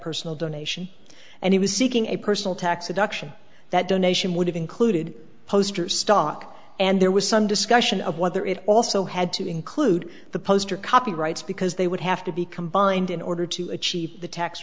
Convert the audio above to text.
personal donation and he was seeking a personal tax deduction that donation would have included poster stock and there was some discussion of whether it also had to include the poster copyrights because they would have to be combined in order to achieve the tax